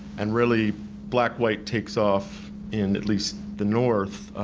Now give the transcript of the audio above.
and really black white takes off in at least the north